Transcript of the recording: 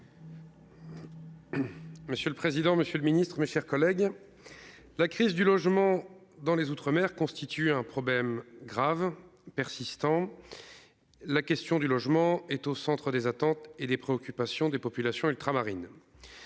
Monsieur le président, Monsieur le Ministre, mes chers collègues. La crise du logement dans les outre-mer constituent un problème grave persistant. La question du logement est au centre des attentes et des préoccupations des populations ultramarines.--